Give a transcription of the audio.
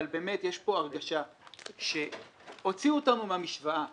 אבל באמת יש פה הרגשה שהוציאו אותנו מהמשוואה.